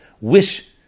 Wish